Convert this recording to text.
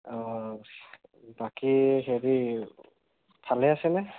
অ' বাকী হেৰি ভালে আছে নে